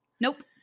nope